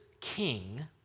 king